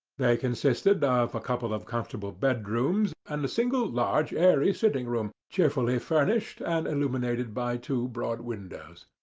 they consisted of a couple of comfortable bed-rooms and a single large airy sitting-room, cheerfully furnished, and illuminated by two broad windows.